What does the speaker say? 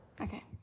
Okay